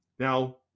Now